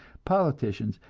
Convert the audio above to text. politicians,